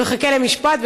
ומחכה למשפט,